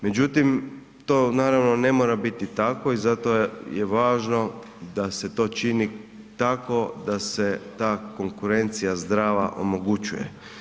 Međutim, to naravno ne mora biti tako i zato je važno da se to čini tako da se ta konkurencija zdrava omogućuje.